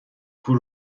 پول